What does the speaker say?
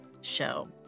show